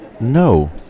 no